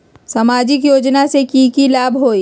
सामाजिक योजना से की की लाभ होई?